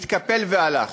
התקפל והלך.